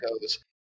goes